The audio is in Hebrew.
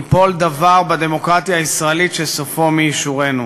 ייפול בדמוקרטיה הישראלית דבר שסופו מי ישורנו.